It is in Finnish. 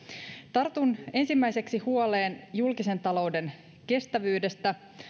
tartun ensimmäiseksi huoleen julkisen talouden kestävyydestä